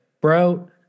bro